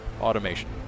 Automation